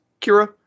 Kira